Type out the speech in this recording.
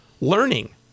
learning